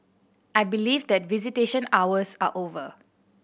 I believe that visitation hours are over